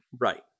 Right